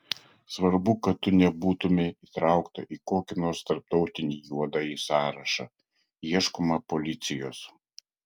svarbu kad tu nebūtumei įtraukta į kokį nors tarptautinį juodąjį sąrašą ieškoma policijos